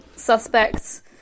suspects